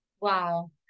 Wow